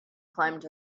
climbed